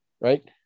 Right